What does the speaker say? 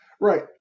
right